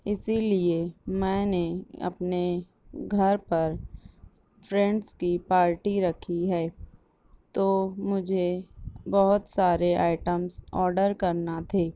اسی لیے میں نے اپنے گھر پر فرینڈز کی پارٹی رکھی ہے تو مجھے بہت سارے آئیٹمس آڈر کرنا تھے